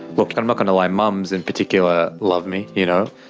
look i'm not going to lie. mums in particular love me, you know.